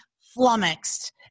flummoxed